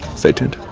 stay tuned.